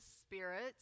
spirit